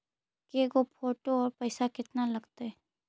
के गो फोटो औ पैसा केतना लगतै?